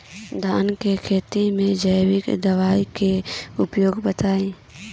धान के खेती में जैविक दवाई के उपयोग बताइए?